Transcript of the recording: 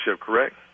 correct